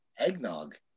eggnog